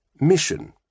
mission